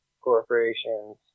corporations